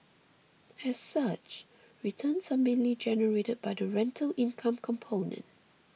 as such returns are mainly generated by the rental income component